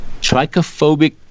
Trichophobic